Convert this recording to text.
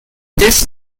this